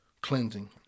cleansing